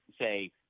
say